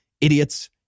idiots